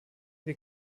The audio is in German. wir